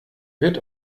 wird